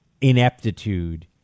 ineptitude